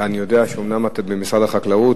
ואני יודע שאומנם את במשרד החקלאות